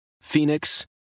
Phoenix